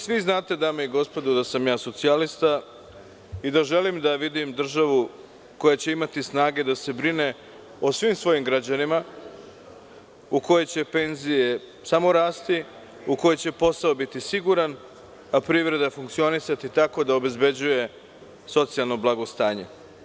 Svi znate, dame i gospodo, da sam ja socijalista i da želim da vidim državu koja će imati snage da se brine o svim svojim građanima, u kojoj će penzije samo rasti, u kojoj će posao biti siguran, a privreda funkcionisati tako da obezbeđuje socijalno blagostanje.